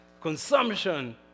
Consumption